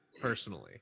personally